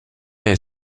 est